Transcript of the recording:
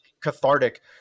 cathartic